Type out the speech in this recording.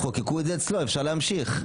חוקקו את זה אצלו, אפשר להמשיך.